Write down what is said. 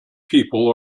people